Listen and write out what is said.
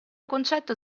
concetto